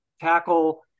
tackle